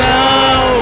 now